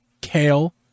kale